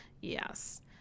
Yes